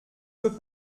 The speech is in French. veux